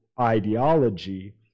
ideology